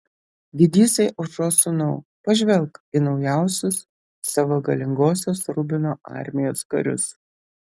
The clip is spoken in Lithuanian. didysai aušros sūnau pažvelk į naujausius savo galingosios rubino armijos karius